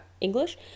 English